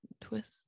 twist